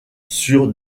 sur